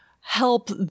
help